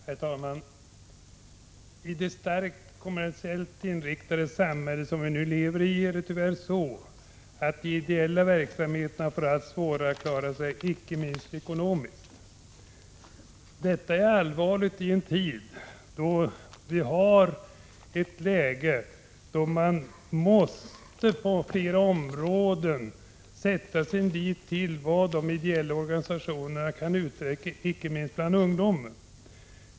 Herr talman! I det starkt kommersiellt inriktade samhälle som vi nu lever i får de ideella verksamheterna tyvärr allt svårare att klara sig, bl.a. ekonomiskt. Detta är allvarligt i ett sådant läge då vi på flera områden måste sätta vår lit till vad de ideella organisationerna kan uträtta, inte minst bland ungdomen.